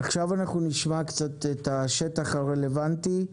עכשיו נשמע את השטח הרלוונטי,